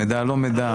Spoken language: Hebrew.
מידע, לא מידע.